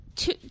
Two